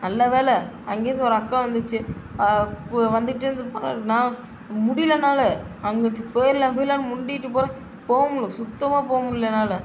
நல்லவேளை அங்கேருந்து ஒரு அக்கா வந்துச்சு இப்போ வந்துட்டு இருந்திருப்பாங்க நான் முடியல என்னால் அங்கேருந்து போயிடல்லாம் போயிடல்லான்னு முன்டிகிட்டு போகிறேன் போக முடில்ல சுத்தமாக போக முடில்ல என்னால்